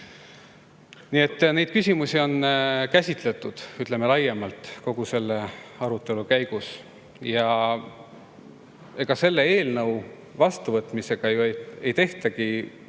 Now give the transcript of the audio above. Nii et neid küsimusi on käsitletud, ütleme, laiemalt kogu selle arutelu käigus. Ega selle eelnõu vastuvõtmisega ei tehta ju